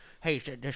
hey